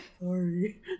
Sorry